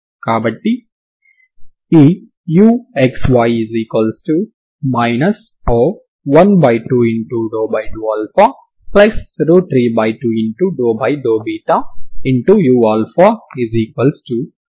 కాబట్టి ఈ uxy 12∂α32∂β